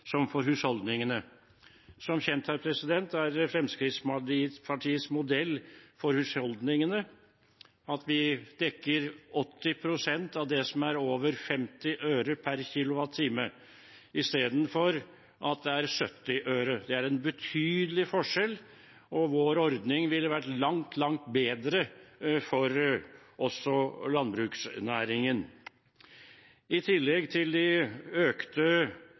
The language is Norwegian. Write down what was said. som for husholdningene.» Som kjent er Fremskrittspartiets modell for husholdningene at vi dekker 80 pst. av det som er over 50 øre per kWh, istedenfor at det er 70 øre. Det er en betydelig forskjell, og vår ordning ville vært langt, langt bedre også for landbruksnæringen. I tillegg til de økte